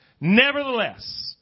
Nevertheless